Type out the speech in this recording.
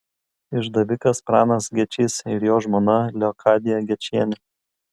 išdavikas pranas gečys ir jo žmona leokadija gečienė